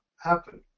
happen